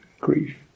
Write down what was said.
grief